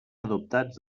adoptats